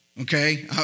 Okay